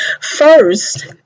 First